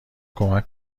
کمک